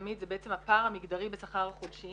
תמיד זה בעצם הפער המגדרי בשכר החודשי